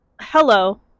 Hello